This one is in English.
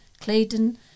Claydon